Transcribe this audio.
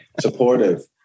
supportive